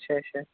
اَچھا اَچھا